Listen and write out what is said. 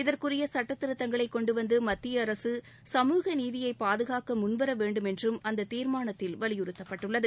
இதற்குரிய சுட்டதிருத்தங்களை கொண்டு வந்து மத்திய அரசு சமூக நீதியை பாதுகாக்க முன்வரவேண்டும் என்றும் அந்த தீர்மானத்தில் வலியுறுத்தப்பட்டுள்ளது